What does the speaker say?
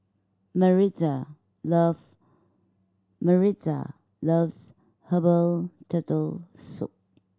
Maritza loves Maritza loves herbal Turtle Soup